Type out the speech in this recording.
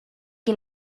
que